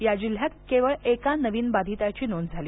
या जिल्ह्यात केवळ एका नवीन बाधितांची नोंद झाली